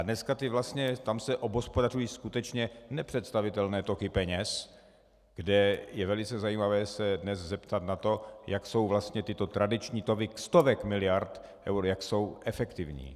Dneska se tam obhospodařují skutečně nepředstavitelné toky peněz, kde je velice zajímavé se dnes zeptat na to, jak jsou vlastně tyto tradiční toky stovek miliard eur, jak jsou efektivní.